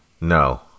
No